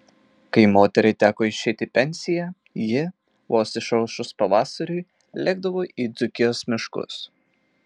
kai moteriai teko išeiti į pensiją ji vos išaušus pavasariui lėkdavo į dzūkijos miškus